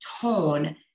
tone